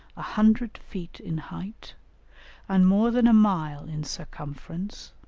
a hundred feet in height and more than a mile in circumference